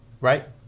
right